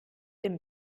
den